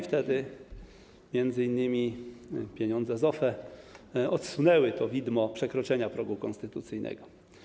Wtedy m.in. pieniądze z OFE odsunęły to widmo przekroczenia progu konstytucyjnego.